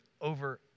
over